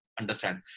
understand